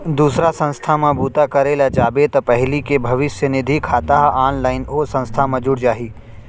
दूसर संस्था म बूता करे ल जाबे त पहिली के भविस्य निधि खाता ह ऑनलाइन ओ संस्था म जुड़ जाही